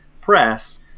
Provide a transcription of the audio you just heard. press